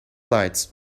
lights